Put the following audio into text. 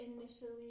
initially